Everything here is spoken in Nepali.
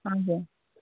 हजुर